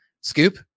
scoop